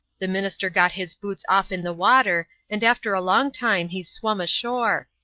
the minister got his boots off in the water, and after a long time he's swum ashore.